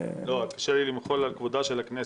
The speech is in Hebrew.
קשה לי למחול על כבודה של הכנסת.